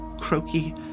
croaky